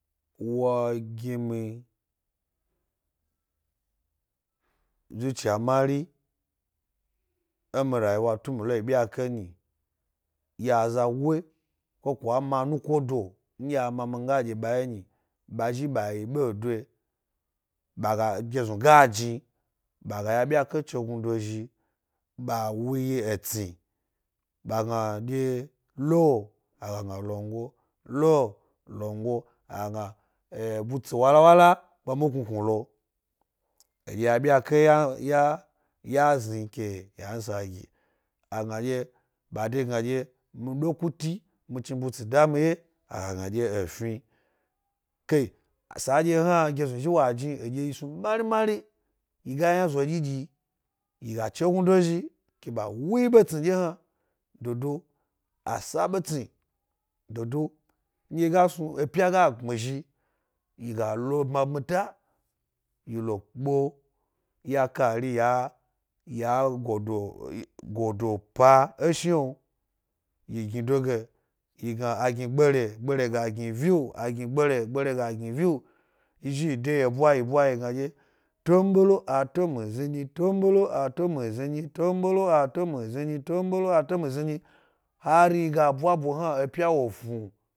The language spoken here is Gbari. Wo gi mi zuciya mari e mi rayiwa tun mile yi byake nyi. Ya zago ko kwa ma nukodo nɗye a ma mi nga ɗye ba wye nyi, ɓa ga ya byake chegnudo zhi ɓa wu yi etsmi ɓa gna ɗye lo- a ga gna longo, lo longo, a ga gna butsi wala wala pke mi e knu knu lo edye ya byalle ya sni key a ansa gi. ɓa de gna dye mi do kuti mi chni butsi da mi wye a ga gna ɗye efhi. Sa ɗye hna geznu zhi w aini wdye yi snu marimari, yi ga yna dyi yi ga chegnudo zhi ke ɓa wu yi ɓetsimi ɗye hna. Dodo a sa betsmi, dodo nɗye ga snu epya ga gbmi zhi, yi ga lo mapmi ta yi lo pko-ya kari ya good pa e shni’o yi gni do ge yi gna, a gni gbere, gbere za gni viwu. a gni gbere gbere ga gni viwu. yi zhi yi de yi ebwayi yi ɓwa yi gna ɗye tonɓelo a to misni nyi tonɓelo a to misni nyi, tonɓelo a to misni nyi, tonbelo a to misni nyi hari yi ga bwabo hna epya wo fnun.